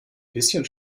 bisschen